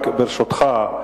רק ברשותך,